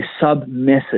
sub-message